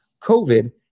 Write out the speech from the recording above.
COVID